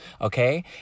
Okay